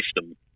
system